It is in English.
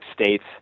states